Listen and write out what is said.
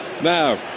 Now